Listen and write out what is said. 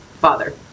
father